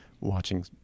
watching